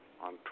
on